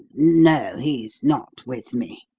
no, he's not with me.